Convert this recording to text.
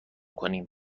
کنیم